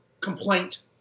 complaint